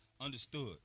understood